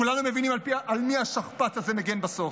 כולנו מבינים על מי השכפ"ץ הזה מגן בסוף.